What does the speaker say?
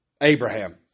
Abraham